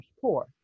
poor